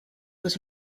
was